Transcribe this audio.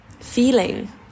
feeling